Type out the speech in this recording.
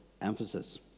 emphasis